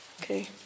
okay